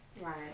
Right